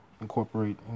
incorporate